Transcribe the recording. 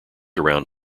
around